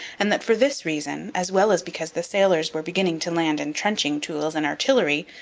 and that, for this reason, as well as because the sailors were beginning to land entrenching tools and artillery,